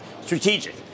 strategic